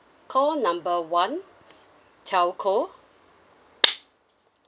call number one telco